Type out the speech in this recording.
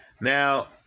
Now